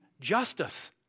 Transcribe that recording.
justice